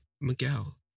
Miguel